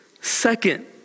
Second